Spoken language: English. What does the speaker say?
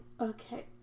Okay